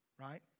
Right